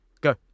Go